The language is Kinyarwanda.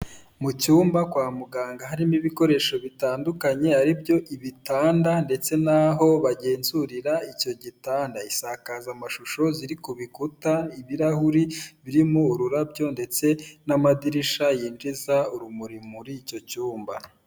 Mu cyumba kwa muganga harimo ibikoresho bitandukanye ari byo ibitanda ndetse n'aho bagenzurira icyo gitanda, insakazamashusho ziri ku bikuta, ibirahuri birimo ururabyo ndetse n'amadirisha yinjiza urumuri muri icyo cyumba.